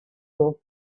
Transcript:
will